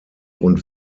und